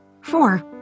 Four